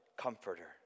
comforter